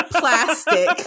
plastic